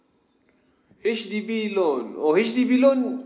H_D_B loan oh H_D_B loan